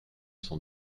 sont